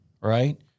right